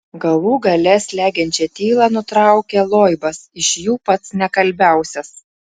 galų gale slegiančią tylą nutraukė loibas iš jų pats nekalbiausias